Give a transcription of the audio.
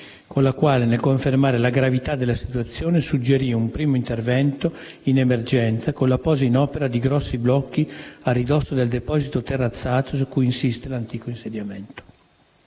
con la quale, nel confermare la gravità della situazione, suggerì un primo intervento in emergenza, con la posa in opera di grossi blocchi a ridosso del deposito terrazzato su cui insiste l'antico insediamento.